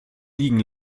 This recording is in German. liegen